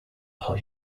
how